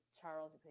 Charles